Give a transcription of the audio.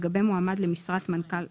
5. לגבי מועמד למשרת מנכ"ל לשכת נשיא המדינה